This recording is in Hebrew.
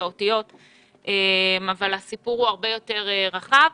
את האותיות הסיפור הרבה יותר רחב.